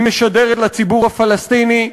היא משדרת לציבור הפלסטיני,